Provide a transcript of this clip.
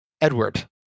Edward